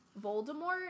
Voldemort